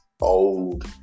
old